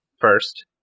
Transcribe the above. first